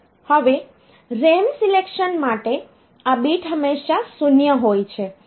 હવે RAM selection માટે આ બીટ હંમેશા 0 હોય છે